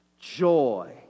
joy